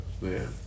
Man